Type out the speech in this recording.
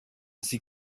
sie